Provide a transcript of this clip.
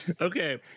okay